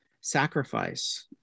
sacrifice